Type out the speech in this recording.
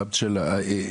גם של איתן,